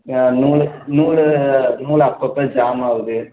ஆ நூல் நூல் நூல் அப்பப்போ ஜாம் ஆகுது